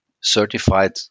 certified